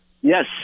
Yes